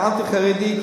האנטי-חרדי,